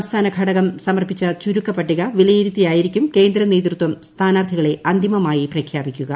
സംസ്ഥാന ഘടകം സമർപ്പിച്ച ചുരുക്കപ്പട്ടിക വിലയിരുത്തിയായിരിക്കും കേന്ദ്ര നേതൃത്വം സ്ഥാനാർത്ഥികളെ അന്തിമമായി പ്രഖ്യാപിക്കുക